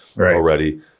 already